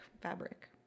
fabric